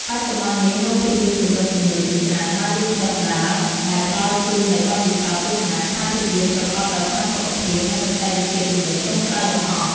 បច្ចុប្បន្ននេះ រោងភាពយន្តទំនើបៗជាច្រើនបានរីកដុះដាល ដែលផ្តល់ជូននូវបទពិសោធន៍ទស្សនាខ្សែភាពយន្តប្រកបដោយផាសុកភាព និងបច្ចេកវិទ្យាទំនើបចុងក្រោយបង្អស់។